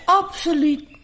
absoluut